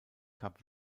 kap